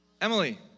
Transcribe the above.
Emily